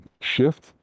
shift